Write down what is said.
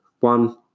One